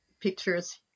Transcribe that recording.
pictures